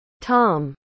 Tom